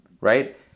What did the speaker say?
Right